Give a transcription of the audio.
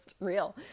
real